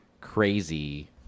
crazy